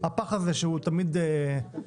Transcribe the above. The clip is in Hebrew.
הפח הזה שהוא תמיד חלוד.